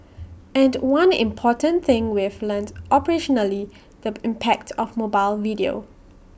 and one important thing we've learnt operationally the impact of mobile video